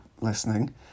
listening